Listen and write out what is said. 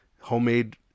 homemade